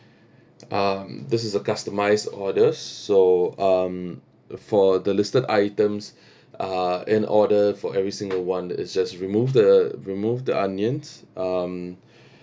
um this a customised order so um for the listed items uh in order for every single one that is just remove the remove the onions um